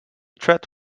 tread